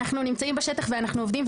אנחנו נמצאים בשטח ואנחנו עובדים,